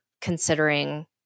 considering